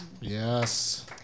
Yes